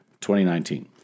2019